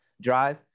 drive